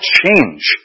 change